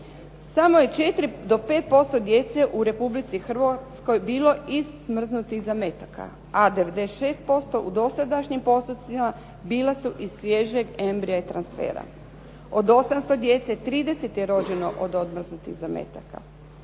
Samo je 4 do 5% djece u Republici Hrvatskoj bilo iz smrznutih zametaka, a 96% u dosadašnjim postupcima bila su iz svježeg embrija i transfera. Od 800 djece 30 je rođeno od odmrznutih zametaka.